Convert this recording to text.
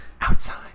outside